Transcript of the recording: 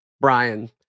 Brian